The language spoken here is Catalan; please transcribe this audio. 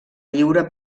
lliure